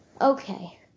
okay